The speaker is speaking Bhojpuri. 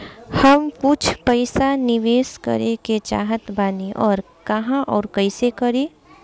हम कुछ पइसा निवेश करे के चाहत बानी और कहाँअउर कइसे करी?